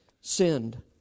sinned